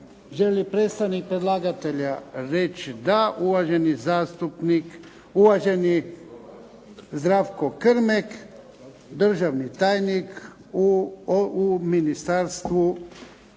li predstavnik predlagatelja riječ? Da. Uvaženi Zdravko Krmek, državni tajnik u Ministarstvu